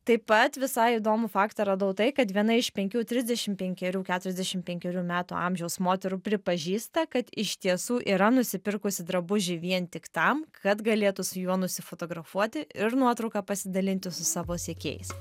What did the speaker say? taip pat visai įdomų faktą radau tai kad viena iš penkių trisdešim penkerių keturiasdešim penkerių metų amžiaus moterų pripažįsta kad iš tiesų yra nusipirkusi drabužį vien tik tam kad galėtų su juo nusifotografuoti ir nuotrauka pasidalinti su savo sekėjais